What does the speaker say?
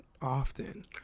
often